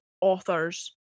authors